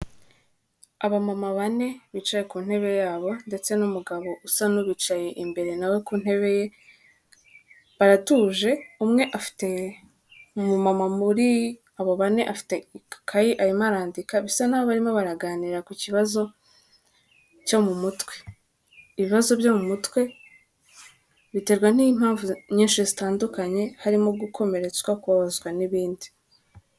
Abamama bane bicaye ku ntebe yabo ndetse n'umugabo usa n'ubicaye imbere na we ku ntebe ye, baratuje, umwe afite umumama muri abo bane afite agakayi, arimo arandika bisa n'aho barimo baraganira ku kibazo cyo mu mutwe. Ibibazo byo mu mutwe biterwa n'impamvu nyinshi zitandukanye, harimo gukomeretswa, kubabazwa n'ibindi.